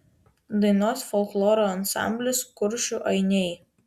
dainuos folkloro ansamblis kuršių ainiai